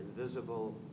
invisible